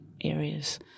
areas